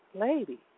lady